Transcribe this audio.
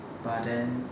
but then